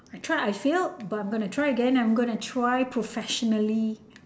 I tried I failed but I'm gonna try again then I'm going to try professionally